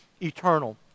eternal